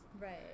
Right